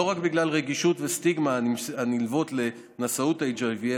לא רק בגלל רגישות וסטיגמה הנלוות לנשאות HIV,